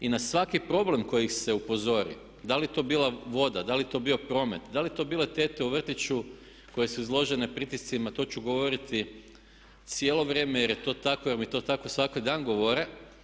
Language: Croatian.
I na svaki problem na koji ih se upozori, da li to bila voda, da li to bio promet, da li to bile tete u vrtiću koje su izložene pritiscima to ću govoriti cijelo vrijeme jer je to tako, jer mi to tako svaki dan govore.